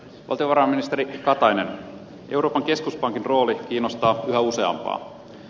valtiovarainministeri katainen euroopan keskuspankin rooli kiinnostaa yhä useampaa